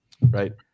right